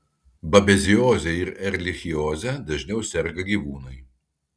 babezioze ir erlichioze dažniau serga gyvūnai